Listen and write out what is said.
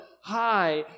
high